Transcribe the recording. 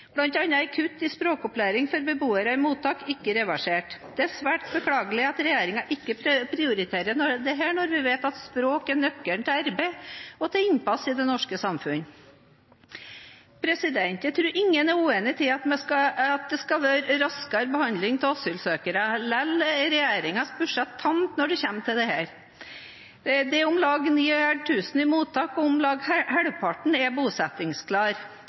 annet er kutt i språkopplæring for beboere i mottak ikke reversert. Det er svært beklagelig at regjeringen ikke prioriterer dette når vi vet at språk er nøkkelen til arbeid og til innpass i det norske samfunnet. Jeg tror ingen er uenig i at det skal være raskere behandling av asylsøkere. Likevel er regjeringens budsjett tamt når det kommer til dette. Det er om lag 9 000 i mottak, og om lag halvparten er